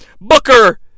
Booker